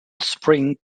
spring